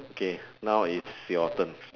okay now it's your turn